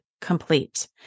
Complete